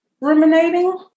ruminating